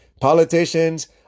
politicians